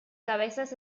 cabezas